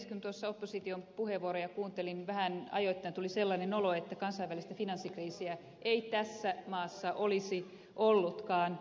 kun tuossa opposition puheenvuoroja kuuntelin niin ajoittain tuli vähän sellainen olo että kansainvälistä finanssikriisiä ei tässä maassa olisi ollutkaan